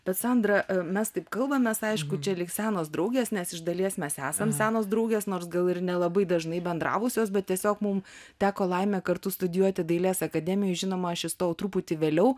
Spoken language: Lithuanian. bet sandra mes taip kalbamės aišku čia lyg senos draugės nes iš dalies mes esam senos draugės nors gal ir nelabai dažnai bendravusios bet tiesiog mum teko laimė kartu studijuoti dailės akademijoj žinoma aš įstojau truputį vėliau